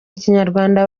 kinyarwanda